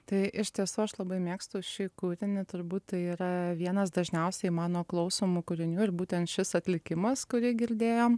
tai iš tiesų aš labai mėgstu šį kūrinį turbūt yra vienas dažniausiai mano klausomų kūrinių ir būtent šis atlikimas kurį girdėjom